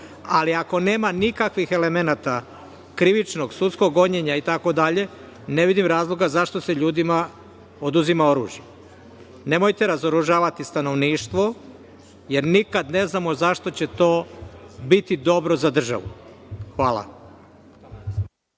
Ali, ako nema nikakvih elemenata krivičnog, sudskog gonjenja itd, ne vidim razloga zašto se ljudima oduzima oružje. Nemojte razoružavati stanovništvo, jer nikada ne znamo zašto će to biti dobro za državu. Hvala.